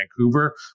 Vancouver